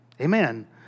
Amen